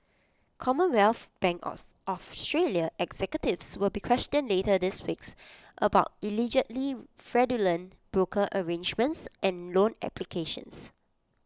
commonwealth bank of Australia executives will be questioned later this weeks about allegedly fraudulent broker arrangements and loan applications